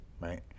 right